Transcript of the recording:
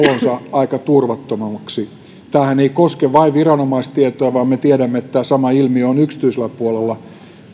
aika turvattomaksi tämähän ei koske vain viranomaistietoa vaan me tiedämme että tämä sama ilmiö on yksityisellä puolella